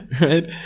Right